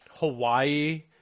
Hawaii